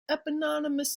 eponymous